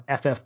FF